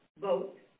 vote